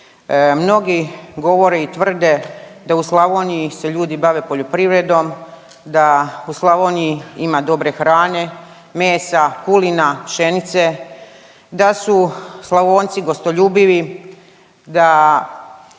Mnogi govore i tvrde da u Slavoniji se ljudi bave poljoprivredom, da u Slavoniji ima dobre hrane, mesa, kulena, pšenice, da su Slavonci gostoljubivi, da